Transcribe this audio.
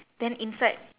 then inside